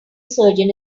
surgeon